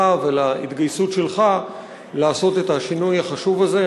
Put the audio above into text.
ולהתגייסות שלך לעשות את השינוי החשוב הזה.